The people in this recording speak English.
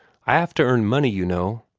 i have to earn money, you know.